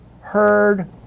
heard